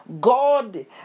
God